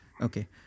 Okay